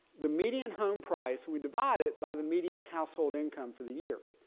the median home price. we divide it by the median household income for the year.